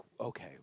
okay